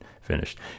finished